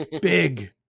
Big